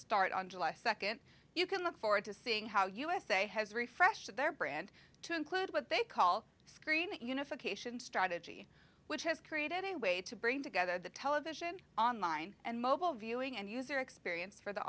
start on july second you can look forward to seeing how usa has refreshed their brand to include what they call screen unification strategy which has created a way to bring together the television online and mobile viewing and user experience for the